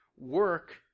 work